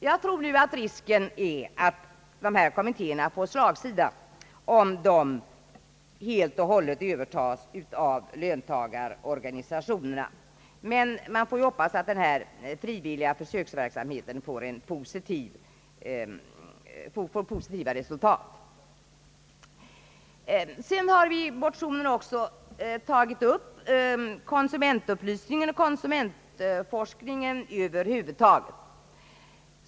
Jag tror att det finns en risk för att dessa kommittéer får slagsida, om de helt och hållet övertas av löntagarorganisationerna, men man får ändå hoppas att denna frivilliga försöksverksamhet leder till positiva resultat. I motionen har vi också tagit upp konsumentupplysningen och :konsumentforskningen över huvud taget.